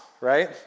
right